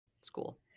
school